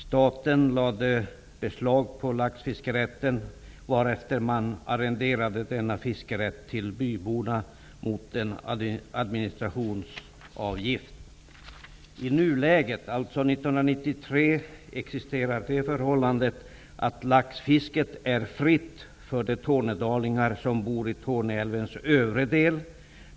Staten lade beslag på laxfiskerätten, varefter man arrenderade ut fiskerätten till byborna mot en administrationsavgift. I nuläget, alltså 1993, existerar det förhållandet att laxfisket är fritt för de tornedalingar som bor vid Torne älvs övre del.